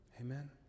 Amen